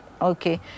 Okay